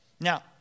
Now